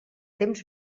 temps